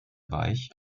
weich